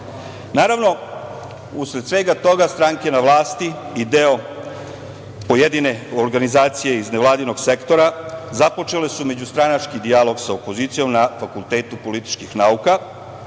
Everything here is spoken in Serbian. usled svega toga, stranke na vlasti i deo pojedine organizacije iz nevladinog sektora započele su međustranački dijalog sa opozicijom na Fakultetu političkih nauka.